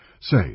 Say